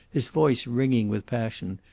his voice ringing with passion,